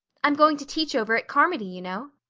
i'm going to teach over at carmody, you know.